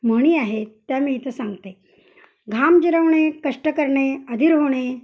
म्हणी आहे त्या मी इथं सांगते घाम जिरवणे कष्ट करणे अधिर होणे